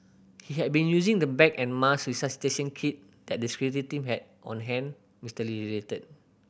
he had been using the bag and mask resuscitation kit that the security team had on hand Mister Lee related